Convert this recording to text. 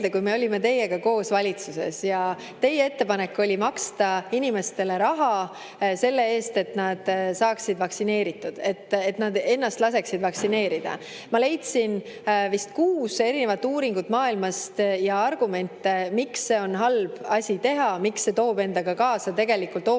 kui me olime teiega koos valitsuses, [siis] teie ettepanek oli maksta inimestele raha selle eest, et nad saaksid vaktsineeritud, et nad ennast laseksid vaktsineerida. Ma leidsin vist kuus uuringut maailmast ja erinevaid argumente, miks see on halb asi, mida teha, miks see toob endaga kaasa tegelikult hoopis